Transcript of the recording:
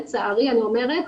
לצערי אני אומרת,